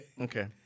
Okay